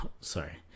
sorry